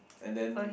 and then